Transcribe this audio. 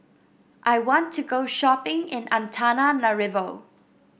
I want to go shopping in Antananarivo